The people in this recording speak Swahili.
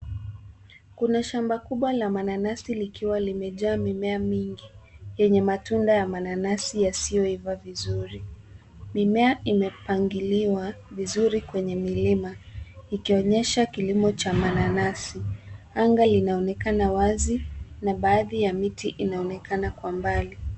Kuna shamba kubwa la mananasi likiwa limejaa mimea mingi yenye matunda ya mananasi yasioiva vizuri. Mimea imepangiliwa vizuri kwenye milima ikionyesha kilimo cha mananasi zilizoifa vizuri mimea imepangiliwa vizuri kwenye milima ikionyesha kilimo cha mananasi. Anga linaonekana wazi na baadhi ya miti inaonekana kwa mbali.